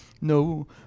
No